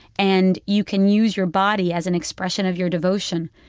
and you can use your body as an expression of your devotion.